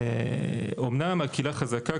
אומנם הקהילה חזקה,